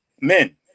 men